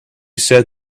said